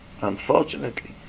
Unfortunately